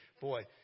Boy